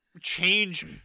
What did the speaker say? change